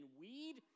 weed